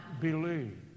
believe